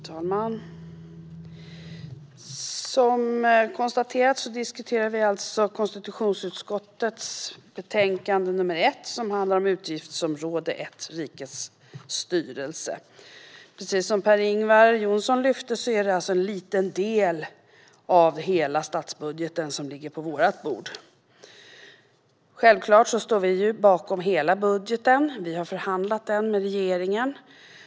Herr talman! Som konstaterats diskuterar vi alltså konstitutionsutskottets betänkande nr 1, som handlar om utgiftsområde 1 Rikets styrelse. Som Per-Ingvar Johnsson lyfte är det alltså en liten del av hela statsbudgeten som ligger på vårt bord. Vi står självklart bakom hela budgeten; vi har förhandlat den med regeringen.